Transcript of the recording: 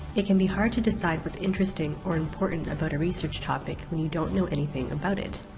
it can be hard to decide what's interesting or important about a research topic when you don't know anything about it.